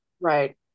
Right